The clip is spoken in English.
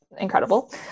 incredible